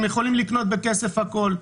הם יכולים לקנות בכסף הכול.